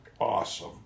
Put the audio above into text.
awesome